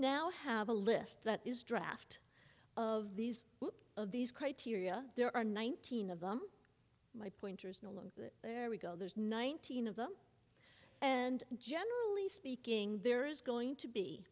now have a list that is draft of these of these criteria there are nineteen of them there we go there's nineteen of them and generally speaking there is going to be